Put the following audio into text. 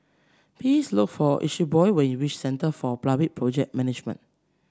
please look for Eusebio when you reach Centre for Public Project Management